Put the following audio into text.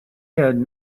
had